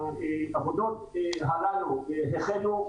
העבודות הללו החלו.